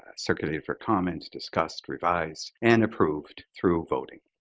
circulated for comments, discussed, revised, and approved through voting.